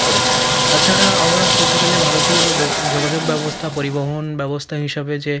পড়েছে তাছাড়া বলতে গেলে ভারতীয় যোগাযোগ ব্যবস্থা পরিবহণ ব্যবস্থা হিসাবে যে